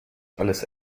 alles